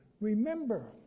Remember